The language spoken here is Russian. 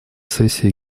сессии